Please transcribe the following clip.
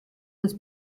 das